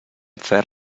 fer